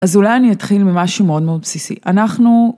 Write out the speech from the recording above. אז אולי אני אתחיל ממשהו מאוד מאוד בסיסי אנחנו.